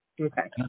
Okay